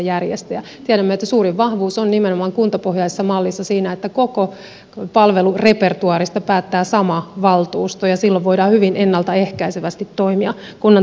tiedämme että suurin vahvuus nimenomaan kuntapohjaisessa mallissa on siinä että koko palvelurepertuaarista päättää sama valtuusto ja silloin voidaan hyvin ennalta ehkäisevästi toimia kunnan toiminnassa